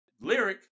lyric